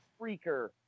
Freaker